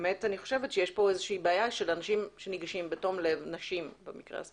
יש פה בעיה שאנשים נשים, במקרה הזה